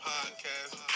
Podcast